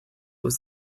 was